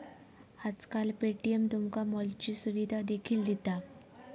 आजकाल पे.टी.एम तुमका मॉलची सुविधा देखील दिता